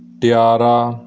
tiara